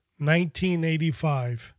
1985